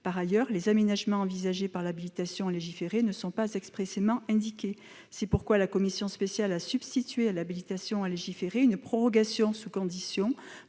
Par ailleurs, les aménagements envisagés par l'habilitation à légiférer ne sont pas expressément indiqués. La commission spéciale a donc substitué à l'habilitation à légiférer une prorogation sous conditions